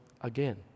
again